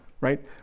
right